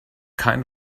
kind